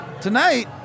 Tonight